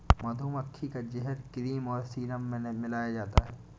मधुमक्खी का जहर क्रीम और सीरम में मिलाया जाता है